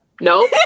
No